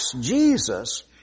Jesus